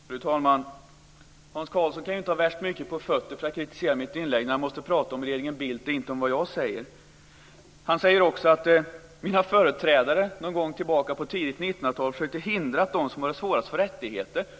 Fru talman! Hans Karlsson kan inte ha så värst mycket på fötterna för att kritisera mitt inlägg när han måste prata om regeringen Bildt och inte om vad jag säger. Han säger också att mina företrädare någon gång på tidigt 1900-tal försökte hindra att de som hade det svårast fick rättigheter.